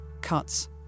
cuts